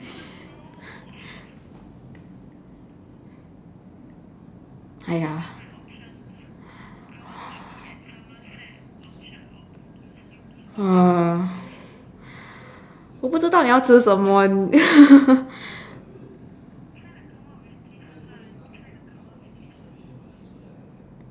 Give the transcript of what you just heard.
我不知道你要吃什么